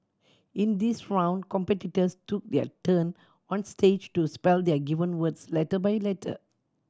in this round competitors took their turn on stage to spell their given words letter by letter